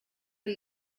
del